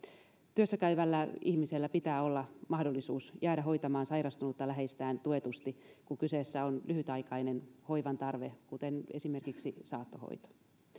työssäkäyvällä ihmisellä pitää olla mahdollisuus jäädä hoitamaan sairastunutta läheistään tuetusti kun kyseessä on lyhytaikainen hoivan tarve kuten esimerkiksi saattohoito